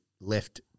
left